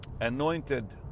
anointed